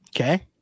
okay